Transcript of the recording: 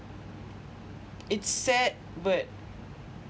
it's sad but